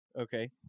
Okay